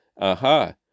Aha